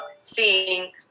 seeing